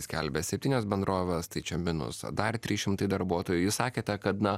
skelbia septynios bendrovės tai čia minus dar trys šimtai darbuotojų jūs sakėte kad na